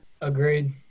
agreed